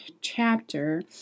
chapter